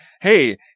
hey